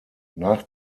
nach